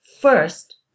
first